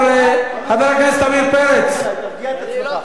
חבר הכנסת עמיר פרץ, תרגיע את עצמך.